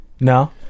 No